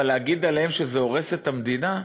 אבל להגיד עליהם שזה הורס את המדינה?